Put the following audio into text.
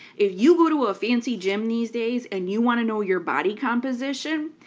if you go to a fancy gym these days and you want to know your body composition,